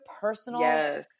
personal